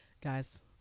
guys